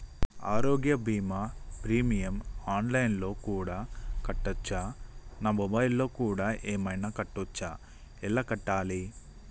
ఆరోగ్య బీమా premium online లో కూడా కట్టచ్చా? నా మొబైల్లో కూడా ఏమైనా కట్టొచ్చా? ఎలా కట్టాలి?